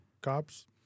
cops